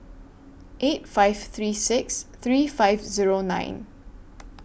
eight five three six three five Zero nine